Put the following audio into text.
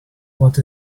what